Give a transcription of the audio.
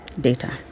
data